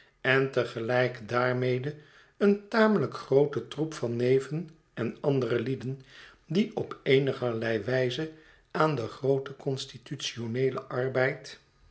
en te gelijk daarmede een tamelijk groote troep van neven en andere lieden die op eenigerlei wijze aan den grooten constitutioneelen arbeid